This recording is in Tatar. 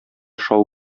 шау